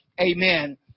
Amen